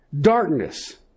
darkness